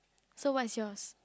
so what is yours